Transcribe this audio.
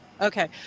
Okay